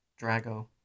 Drago